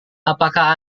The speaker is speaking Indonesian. apakah